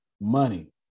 money